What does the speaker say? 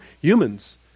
humans